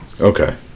Okay